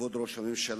כבוד ראש הממשלה,